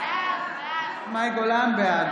בעד גילה גמליאל, בעד